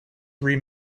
three